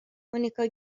مونیکا